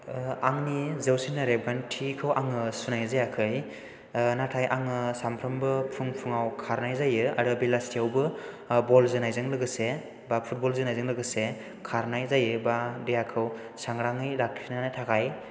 आंनि जौसिनाय रेबगान्थिखौ आङो सुनाय जायाखै नाथाय आङो सानफ्रोमबो फुं फुङाव खारनाय जायो आरो बेलासियावबो बल जोनायजों लोगोसे एबा फुटबल जोनायजों लोगोसे खारनाय जायो एबा देहाखौ सांग्राङै लाखिनायनि थाखाय